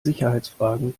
sicherheitsfragen